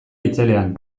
itzelean